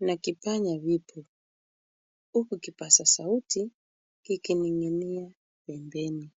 na kipanya vipo huku kipaza sauti kikining'inia pembeni.